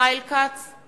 משה כחלון, בעד חיים כץ,